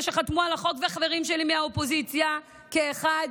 שחתמו על החוק ולחברים שלי מהאופוזיציה כאחד,